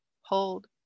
hold